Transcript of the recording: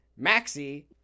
Maxi